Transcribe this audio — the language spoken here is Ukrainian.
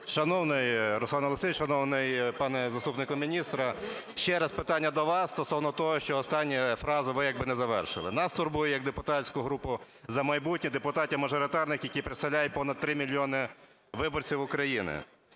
Шановний Руслан Олексійович, шановний пане заступнику міністра, ще раз питання до вас стосовно того, що останню фразу ви якби не завершили. Нас турбує як депутатську групу "За майбутнє", депутатів-мажоритарників, яка представляє понад 3 мільйони виборців України,